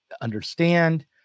understand